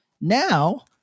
now